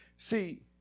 See